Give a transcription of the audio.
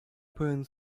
pełen